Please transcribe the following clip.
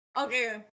okay